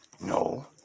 No